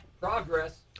Progress